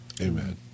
Amen